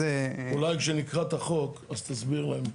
--- אולי כשנקרא את החוק אז תסביר לנו.